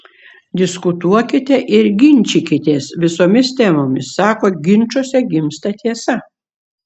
diskutuokite ir ginčykitės visomis temomis sako ginčuose gimsta tiesa